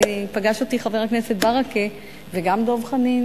פגשו אותי חבר הכנסת ברכה וגם דב חנין